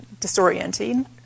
disorienting